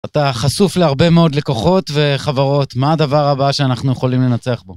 אתה חשוף להרבה מאוד לקוחות וחברות, מה הדבר הבא שאנחנו יכולים לנצח בו.